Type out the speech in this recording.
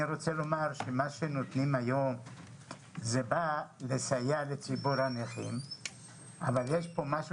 אני רוצה לומר שמה שנותנים היום בא לסייע לציבור הנכים אבל יש כאן משהו